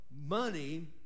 money